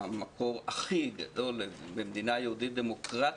המקור אחיד למדינה יהודית דמוקרטית,